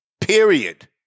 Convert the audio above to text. Period